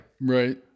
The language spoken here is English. Right